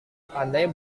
pandai